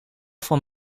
van